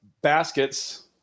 baskets